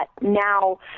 now